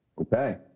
Okay